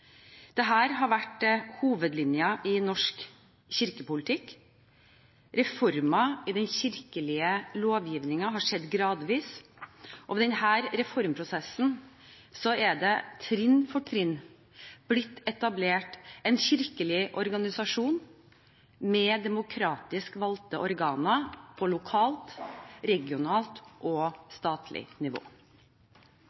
har vært hovedlinjen i norsk kirkepolitikk. Reformer i den kirkelige lovgivningen har skjedd gradvis. Og ved denne reformprosessen er det trinn for trinn blitt etablert en kirkelig organisasjon med demokratisk valgte organer på lokalt, regionalt og